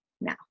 Now